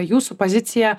jūsų poziciją